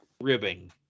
ribbing